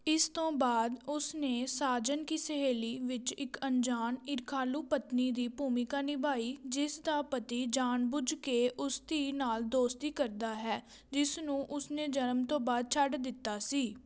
ਇਸ ਤੋਂ ਬਾਅਦ ਉਸ ਨੇ ਸਾਜਨ ਕੀ ਸਹੇਲੀ ਵਿੱਚ ਇੱਕ ਅਣਜਾਣ ਈਰਖਾਲੂ ਪਤਨੀ ਦੀ ਭੂਮਿਕਾ ਨਿਭਾਈ ਜਿਸ ਦਾ ਪਤੀ ਜਾਣਬੁੱਝ ਕੇ ਉਸ ਧੀ ਨਾਲ ਦੋਸਤੀ ਕਰਦਾ ਹੈ ਜਿਸ ਨੂੰ ਉਸ ਨੇ ਜਨਮ ਤੋਂ ਬਾਅਦ ਛੱਡ ਦਿੱਤਾ ਸੀ